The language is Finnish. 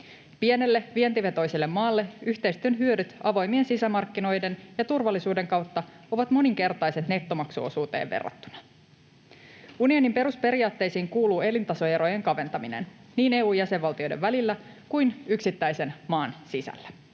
Pienelle, vientivetoiselle maalle yhteistyön hyödyt avoimien sisämarkkinoiden ja turvallisuuden kautta ovat moninkertaiset nettomaksuosuuteen verrattuna. Unionin perusperiaatteisiin kuuluu elintasoerojen kaventaminen niin EU:n jäsenvaltioiden välillä kuin yksittäisen maan sisällä.